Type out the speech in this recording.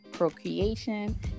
procreation